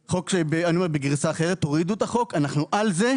החוק, חוק בגרסה אחרת, אנחנו על זה,